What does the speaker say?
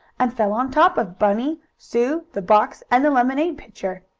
and fell on top of bunny, sue, the box and the lemonade pitcher.